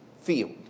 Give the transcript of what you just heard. field